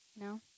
No